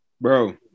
Bro